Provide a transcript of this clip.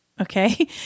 okay